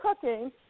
cooking